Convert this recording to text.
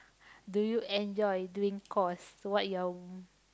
do you enjoy doing cores what your